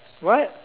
what